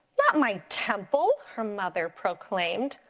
not my temple, her mother proclaimed.